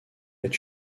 est